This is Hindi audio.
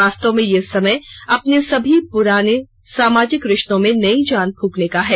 वास्तव में ये समय अपने सभी पुराने सामाजिक रिष्तों में नई जान फुंकने का है